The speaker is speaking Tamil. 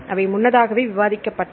அவை முன்னதாகவே விவாதிக்கப்பட்டது